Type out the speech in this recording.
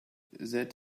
that